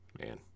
man